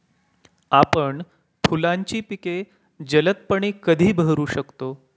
आपण फुलांची पिके जलदपणे कधी बहरू शकतो?